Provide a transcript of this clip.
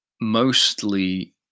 mostly